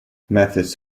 methods